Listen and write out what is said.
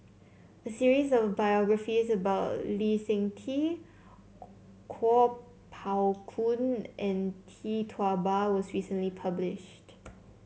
a series of biographies about Lee Seng Tee Kuo Pao Kun and Tee Tua Ba was recently published